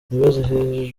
mwibaze